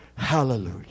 Hallelujah